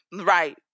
right